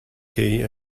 key